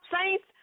saints